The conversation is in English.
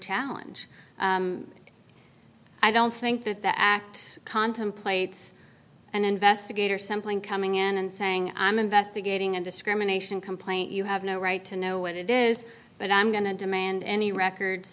challenge i don't think that the act contemplates an investigator sampling coming in and saying i'm investigating a discrimination complaint you have no right to know what it is but i'm going to demand any records